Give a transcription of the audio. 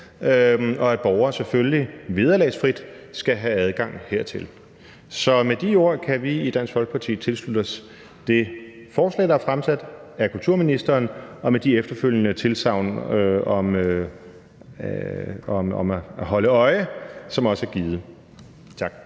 og at borgere selvfølgelig vederlagsfrit skal have adgang hertil. Så med de ord kan vi i Dansk Folkeparti tilslutte os det forslag, der er fremsat af kulturministeren, og med de efterfølgende tilsagn om at holde øje, som også er givet. Tak.